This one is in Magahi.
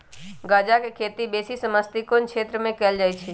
गञजा के खेती बेशी समशीतोष्ण क्षेत्र में कएल जाइ छइ